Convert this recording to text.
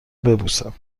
ببوسم